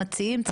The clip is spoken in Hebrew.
המציעים.